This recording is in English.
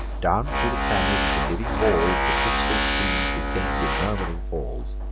down thro' the crannies of the living walls the crystal streams descend in murm'ring falls